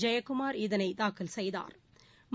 ஜெயக்குமாா் இதனை தாக்கல் செய்தாா்